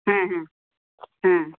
ᱦᱮᱸ ᱦᱮᱸ ᱦᱮᱸ